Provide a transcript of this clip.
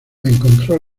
encontró